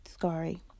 sorry